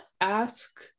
ask